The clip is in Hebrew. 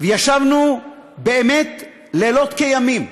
וישבנו באמת לילות כימים,